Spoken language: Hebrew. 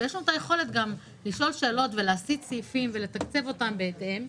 ויש לנו את היכולת גם לשאול שאלות ולהסיט סעיפים ולתקצב אותם בהתאם.